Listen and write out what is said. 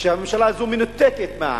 שהממשלה הזאת מנותקת מהעם,